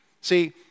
See